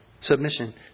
Submission